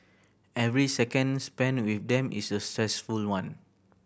every second spent with them is a stressful one